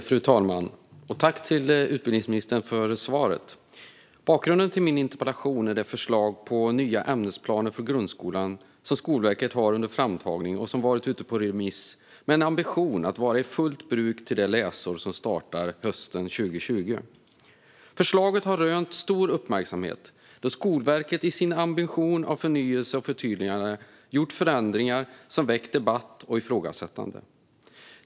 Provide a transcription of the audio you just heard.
Fru talman! Jag tackar utbildningsministern för svaret. Bakgrunden till min interpellation är det förslag till nya ämnesplaner för grundskolan som Skolverket har under framtagning och som har varit ute på remiss. Ambitionen är att de ska vara i fullt bruk till det läsår som startar hösten 2020. Förslaget har rönt stor uppmärksamhet, då Skolverket i sin ambition av förnyelse och förtydligande har gjort förändringar som väckt debatt och ifrågasättande.